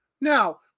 Now